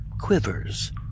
quivers